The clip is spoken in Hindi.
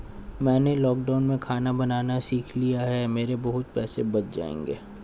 मैंने लॉकडाउन में खाना बनाना सीख लिया है, मेरे बहुत पैसे बच जाएंगे